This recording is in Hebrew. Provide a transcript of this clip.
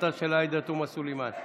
להצעתה של עאידה תומא סלימאן.